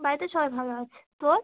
বাড়িতে সবাই ভালো আছে তোর